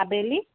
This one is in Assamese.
আবেলি